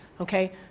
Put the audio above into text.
okay